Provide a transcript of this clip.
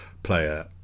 Player